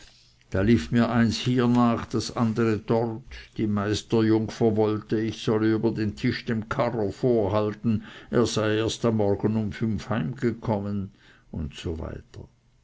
da lief mir eins hier nach das andere dort die meisterjungfer wollte ich solle über tisch dem karrer vorhalten er sei erst am morgen um fünf heimgekommen usw